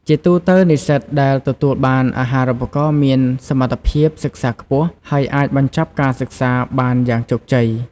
ជាទូទៅ និស្សិតដែលទទួលបានអាហារូបករណ៍មានសមត្ថភាពសិក្សាខ្ពស់ ហើយអាចបញ្ចប់ការសិក្សាបានយ៉ាងជោគជ័យ។